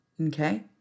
Okay